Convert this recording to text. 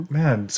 man